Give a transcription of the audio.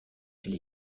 elle